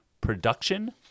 production